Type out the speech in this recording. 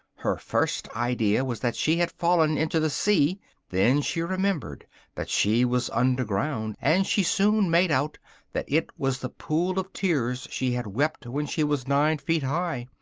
her first idea was that she had fallen into the sea then she remembered that she was under ground, and she soon made out that it was the pool of tears she had wept when she was nine feet high.